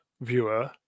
viewer